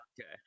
Okay